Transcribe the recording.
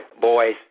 boys